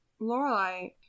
Lorelai